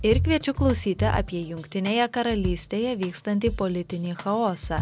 ir kviečia klausyti apie jungtinėje karalystėje vykstantį politinį chaosą